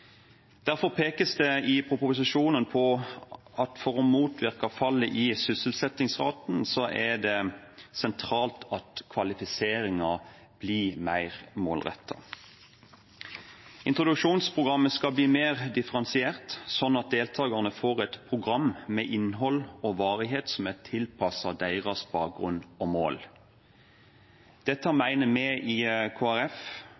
Derfor pekes det i proposisjonen på at for å motvirke fallet i sysselsettingsratene er det sentralt at kvalifiseringen blir mer målrettet. Introduksjonsprogrammet skal bli mer differensiert, slik at deltakerne får et program med innhold og varighet som er tilpasset deres bakgrunn og mål. Dette